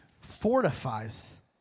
fortifies